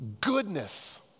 goodness